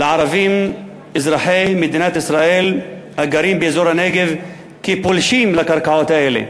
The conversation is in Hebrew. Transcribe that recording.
לערבים אזרחי מדינת ישראל הגרים באזור הנגב כפולשים לקרקעות האלה.